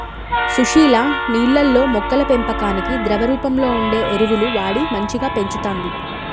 సుశీల నీళ్లల్లో మొక్కల పెంపకానికి ద్రవ రూపంలో వుండే ఎరువులు వాడి మంచిగ పెంచుతంది